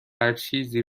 هرچیزی